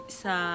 sa